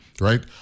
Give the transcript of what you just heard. right